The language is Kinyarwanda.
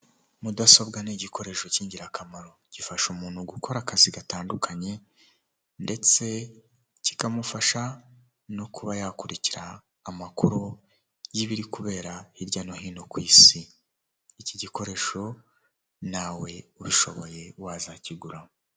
Abagore benshi n'abagabo benshi bicaye ku ntebe bari mu nama batumbiriye imbere yabo bafite amazi yo kunywa ndetse n'ibindi bintu byo kunywa imbere yabo hari amamashini ndetse hari n'indangururamajwi zibafasha kumvikana.